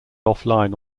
offline